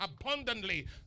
abundantly